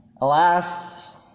Alas